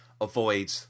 avoid